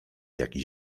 jakiś